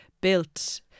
built